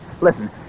Listen